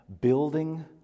building